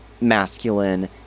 masculine